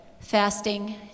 fasting